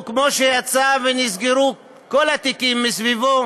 הוא, כמו שיצא ונסגרו כל התיקים מסביבו